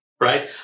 right